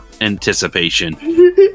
anticipation